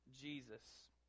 Jesus